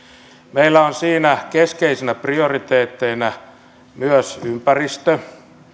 meillä on siinä keskeisinä prioriteetteinä myös ympäristö